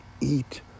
eat